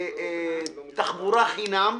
תחבורה חינם,